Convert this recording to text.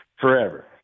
forever